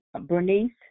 bernice